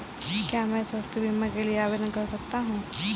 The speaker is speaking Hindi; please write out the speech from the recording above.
क्या मैं स्वास्थ्य बीमा के लिए आवेदन कर सकता हूँ?